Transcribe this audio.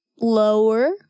lower